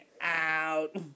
out